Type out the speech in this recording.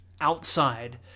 outside